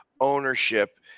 ownership